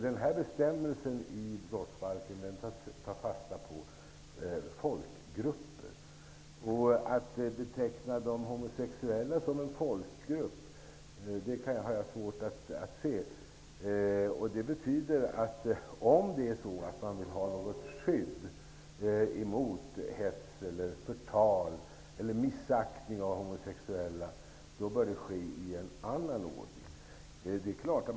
Den aktuella bestämmelsen i brottsbalken tar fasta på folkgrupper. Jag har svårt att se att man skulle kunna beteckna de homosexuella som en folkgrupp. Om man vill ha skydd mot hets, förtal eller missaktning av homosexuella bör det ske i en annan ordning.